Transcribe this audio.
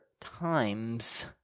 times